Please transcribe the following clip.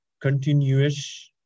continuous